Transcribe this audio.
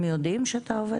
הם יודעים שאתה עובד?